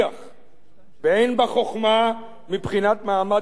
ואין בה חוכמה מבחינת מעמד ישראל בעמים,